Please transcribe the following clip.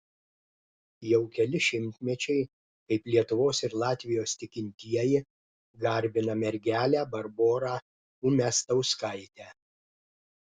jau keli šimtmečiai kaip lietuvos ir latvijos tikintieji garbina mergelę barborą umiastauskaitę